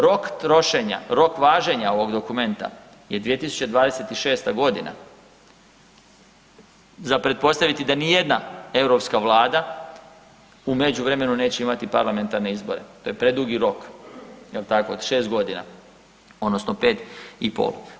Rok trošenja, rok važenja ovog dokumenta je 2026.g., za pretpostaviti da nijedna europska vlada u međuvremenu neće imati parlamentarne izbore, to je predugi rok jel tako od šest godina odnosno pet i pol.